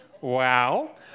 Wow